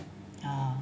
orh